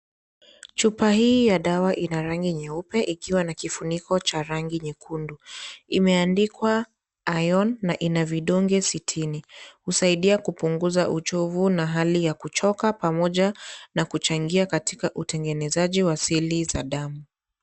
Chupa hii ya dawa ina rangi nyeupe, ikiwa na kifuniko cheusi cha rangi nyekundu. Imeandikwa Iron na ina vidonge sitini. Husaidia kupunguza uchovu na hali ya kuchoka, pamoja na kuchangia katika utengenezaji wa siri za damu.